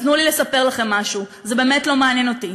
אז תנו לי לספר לכן משהו: זה באמת לא מעניין אותי,